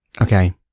Okay